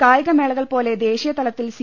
കായികമേളകൾപോലെ ദേശീ യതലത്തിൽ സി